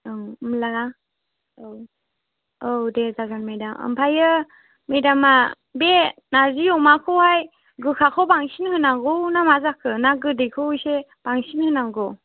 औ होनब्लाना औ औ दे जागोन मेडाम ओमफ्रायो मेडामा बे नारजि अमाखौहाय गोखाखौ बांसिन होनांगौ ना मा जाखो ना गोदैखौ एसे बांसिन होनांगौ